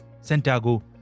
Santiago